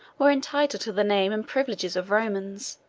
were entitled to the name and privileges of romans,